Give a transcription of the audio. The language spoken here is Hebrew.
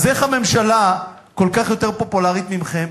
אז איך הממשלה כל כך יותר פופולרית מכם?